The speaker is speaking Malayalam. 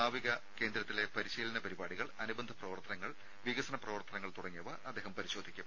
നാവിക കേന്ദ്രത്തിലെ പരിശീല പരിപാടികൾ അനുബന്ധ പ്രവർത്തനങ്ങൾ വികസന പ്രവർത്തനങ്ങൾ തുടങ്ങിയവ അദ്ദേഹം പരിശോധിക്കും